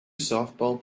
softball